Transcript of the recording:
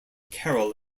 carol